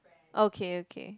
okay okay